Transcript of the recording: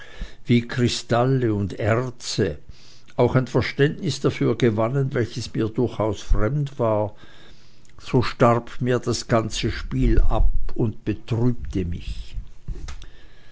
wie kristalle und erze auch ein verständnis dafür gewannen welches mir durchaus fremd war so starb mir das ganze spiel ab und betrübte mich